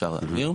שקף הבא,